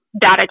data